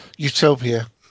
Utopia